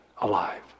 alive